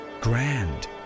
grand